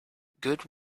good